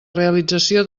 realització